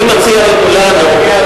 אני מציע לכולנו,